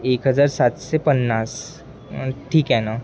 एक हजार सातशे पन्नास ठीक आहे न